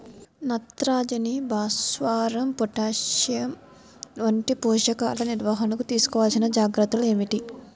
నత్రజని, భాస్వరం, పొటాష్ వంటి పోషకాల నిర్వహణకు తీసుకోవలసిన జాగ్రత్తలు ఏమిటీ?